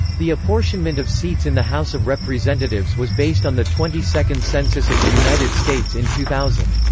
the apportionment of seats in the house of representatives was based on the twenty-second census of the united states in two thousand.